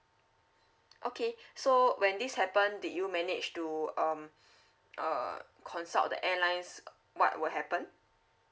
okay so when this happened did you manage to um uh consult the airlines what will happen